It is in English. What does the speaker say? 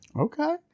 Okay